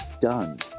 done